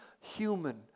human